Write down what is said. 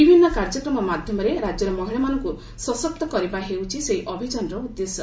ବିଭିନ୍ନ କାର୍ଯ୍ୟକ୍ରମ ମାଧ୍ୟମରେ ରାଜ୍ୟର ମହିଳାମାନଙ୍କୁ ସଶକ୍ତ କରିବା ହେଉଛି ସେହି ଅଭିଯାନର ଉଦ୍ଦେଶ୍ୟ